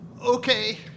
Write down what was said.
Okay